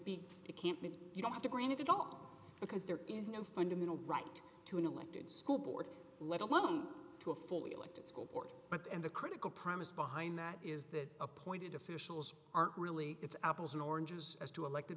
be you don't have to bring it up because there is no fundamental right to an elected school board let alone to a fully elected school board but and the critical premise behind that is that appointed officials aren't really it's apples and oranges as to